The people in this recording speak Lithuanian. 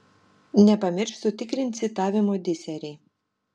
nepamiršk sutikrint citavimo disery